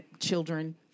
children